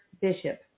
Bishop